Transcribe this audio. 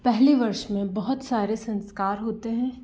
पहले वर्ष में बहुत सारे संस्कार होते हैं